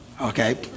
okay